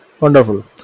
Wonderful